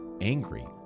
angry